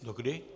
Dokdy?